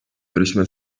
görüşme